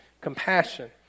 Compassion